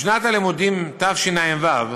בשנת הלימודים תשע"ו,